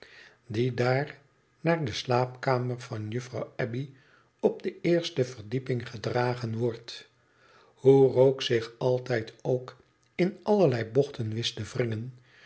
die daar naar de slaapkamer van juffrouw abbey op de eerste verdieping gedragen wordt hoerogue zich altijd ook in allerlei bochten wist te wringen